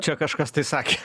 čia kažkas tai sakė